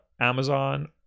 Amazon